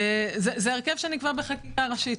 זה הרכב שנקבע בחקיקה ראשית.